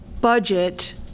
budget